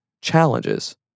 challenges